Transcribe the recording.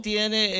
Tiene